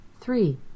Three